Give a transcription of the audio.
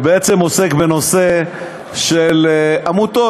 שעוסק בנושא של עמותות.